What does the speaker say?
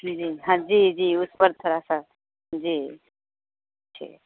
जी जी हाँ जी जी जी उस पर तोड़ा सा जी ठीक है